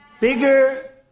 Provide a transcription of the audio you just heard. Bigger